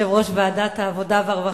יושב-ראש ועדת העבודה והרווחה,